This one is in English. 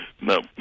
No